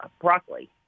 broccoli